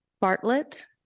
Bartlett